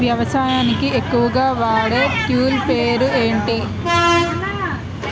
వ్యవసాయానికి ఎక్కువుగా వాడే టూల్ పేరు ఏంటి?